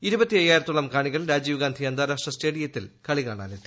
ഇരുപത്തയ്യായിരത്തോളം കാണികൾ രാജീവ് ഗാന്ധി അന്താരാഷ്ട്ര സ്റ്റേഡിയത്തിൽ കളി കാണാനെത്തി